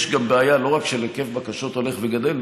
יש בעיה לא רק של היקף בקשות הולך וגדל,